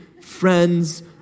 friends